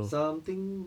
something